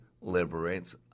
liberates